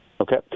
Okay